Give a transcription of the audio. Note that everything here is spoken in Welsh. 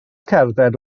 cerdded